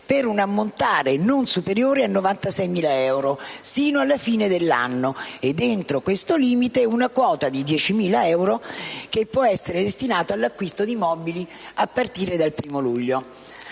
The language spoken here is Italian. per un ammontare non superiore ai 96.000 euro fino alla fine dell'anno e, dentro questo limite, una quota di 10.000 euro può destinata all'acquisto di mobili a partire dal 1° luglio.